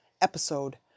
episode